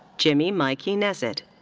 jimmy maiki nesit.